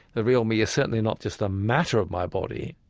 the real me is certainly not just a matter of my body,